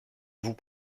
vous